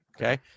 Okay